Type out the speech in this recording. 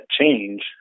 change